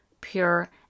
pure